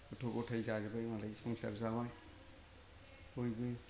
गथ' गथाय जाजोब्बाय मालाय संसार जाबाय बयबो